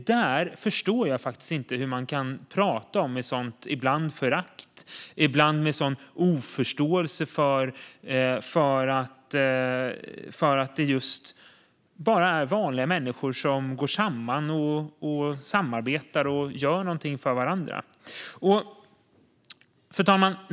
Jag förstår inte hur man kan prata om detta med ett sådant förakt som ibland görs. Ibland har man en oförståelse för att det bara handlar om vanliga människor som går samman, samarbetar och gör något för varandra.